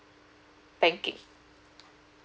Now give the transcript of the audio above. banking